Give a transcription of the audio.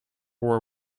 war